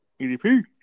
EDP